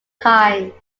times